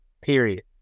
period